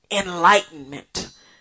enlightenment